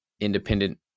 independent